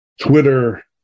Twitter